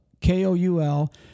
K-O-U-L